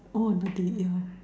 oh